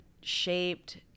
shaped